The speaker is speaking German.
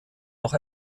noch